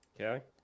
Okay